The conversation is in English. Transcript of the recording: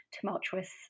tumultuous